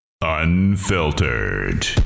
unfiltered